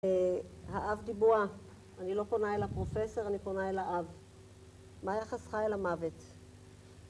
האב דיבוע, אני לא קונה אל הפרופסור, אני קונה אל האב. מה יחסך אל המוות?